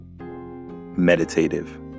meditative